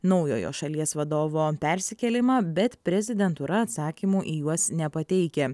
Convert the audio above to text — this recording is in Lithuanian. naujojo šalies vadovo persikėlimą bet prezidentūra atsakymų į juos nepateikia